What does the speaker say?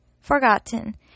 forgotten